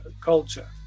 culture